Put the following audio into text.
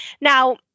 Now